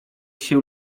się